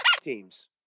teams